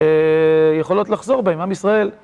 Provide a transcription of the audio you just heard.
יכולות לחזור בהן, עם ישראל.